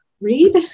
read